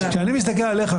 כשאני מסתכל עליך,